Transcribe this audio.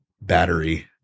battery